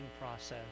process